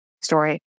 story